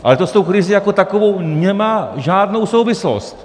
Ale to s tou krizí jako takovou nemá žádnou souvislost.